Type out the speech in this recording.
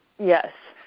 yes.